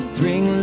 bring